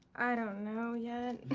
i don't know yet.